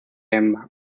emma